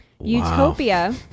Utopia